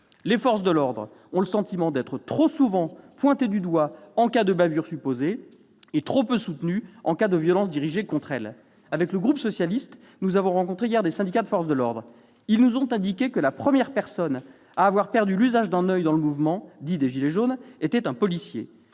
Les forces de l'ordre ont le sentiment d'être trop souvent pointées du doigt en cas de bavure supposée et trop peu soutenues en cas de violences dirigées contre elles. Avec le groupe socialiste, nous avons rencontré hier des syndicats de forces de l'ordre. Ils nous ont indiqué que la première personne à avoir perdu l'usage d'un oeil dans le mouvement dit des « gilets jaunes » était un policier.